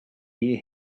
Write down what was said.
hear